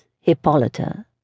Hippolyta